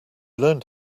learned